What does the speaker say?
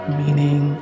meaning